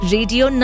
Radio